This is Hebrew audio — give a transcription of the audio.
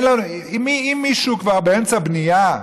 אם מישהו כבר באמצע בנייה,